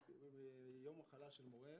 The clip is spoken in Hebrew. שיום מחלה של מורה,